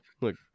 Look